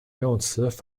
用此